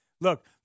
look